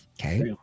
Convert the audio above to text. okay